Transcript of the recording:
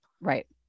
Right